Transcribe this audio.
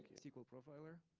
sql profiler?